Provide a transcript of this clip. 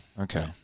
Okay